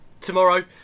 tomorrow